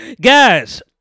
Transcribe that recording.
guys